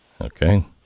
okay